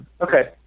Okay